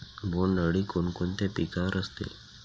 बोंडअळी कोणकोणत्या पिकावर असते?